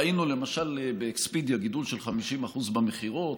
ראינו למשל באקספדיה גידול של 50% במכירות.